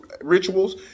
rituals